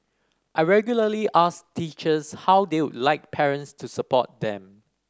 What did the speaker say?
I regularly ask teachers how they would like parents to support them